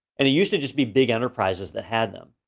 and it used to just be big enterprises that had them.